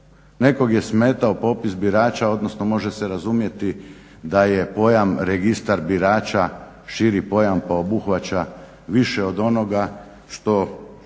Nekog je smetao popis birača, odnosno može se razumjeti da je pojam registar birača širi pojam pa obuhvaća više od onoga što